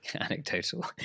anecdotal